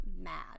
mad